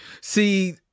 See